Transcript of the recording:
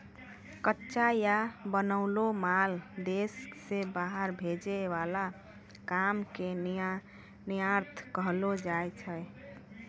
कच्चा या बनैलो माल देश से बाहर भेजे वाला काम के निर्यात कहलो जाय छै